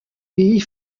pays